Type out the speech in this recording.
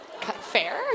fair